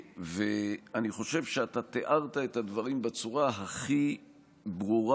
אני חושב שאתה תיארת את הדברים בצורה הכי ברורה,